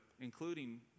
including